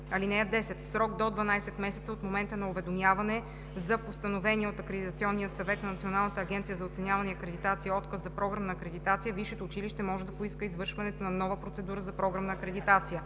1 – 3. (10) В срок до 12 месеца от момента на уведомяване за постановения от Акредитационния съвет на Националната агенция за оценяване и акредитация отказ за програмна акредитация висшето училище може да поиска извършването на нова процедура за програмна акредитация.